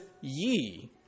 ye